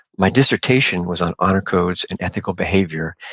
my dissertation was on honor codes and ethical behavior,